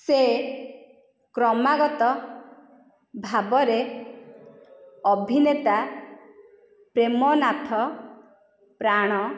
ସେ କ୍ରମାଗତ ଭାବରେ ଅଭିନେତା ପ୍ରେମନାଥ ପ୍ରାଣ